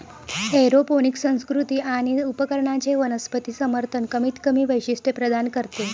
aeroponic संस्कृती आणि उपकरणांचे वनस्पती समर्थन कमीतकमी वैशिष्ट्ये प्रदान करते